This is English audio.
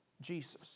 Jesus